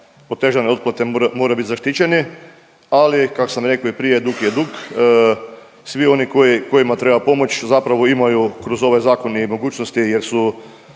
otežane otplate moraju bit zaštićeni, ali kak sam rekao i prije, dug je dug, svi oni koji, kojima treba pomoć zapravo imaju kroz ovaj zakon i mogućnosti jer su